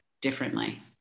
differently